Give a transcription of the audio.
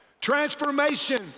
Transformation